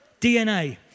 DNA